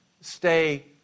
stay